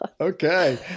Okay